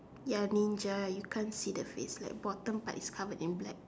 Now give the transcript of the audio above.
ya Ninja you can't see the face like bottom part is covered with black